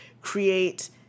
create